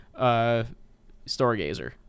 Stargazer